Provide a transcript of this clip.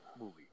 movie